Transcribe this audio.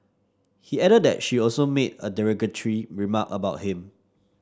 he added that she also made a derogatory remark about him